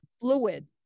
fluid